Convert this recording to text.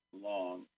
long